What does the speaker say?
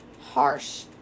Harsh